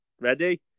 Ready